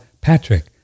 Patrick